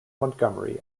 montgomery